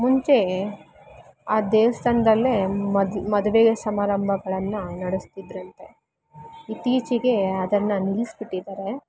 ಮುಂಚೆ ಆ ದೇವಸ್ಥಾನದಲ್ಲೇ ಮದ್ ಮದುವೆ ಸಮಾರಂಭಗಳನ್ನು ನಡೆಸ್ತಿದ್ರಂತೆ ಇತ್ತೀಚೆಗೆ ಅದನ್ನು ನಿಲ್ಸ್ಬಿಟ್ಟಿದ್ದಾರೆ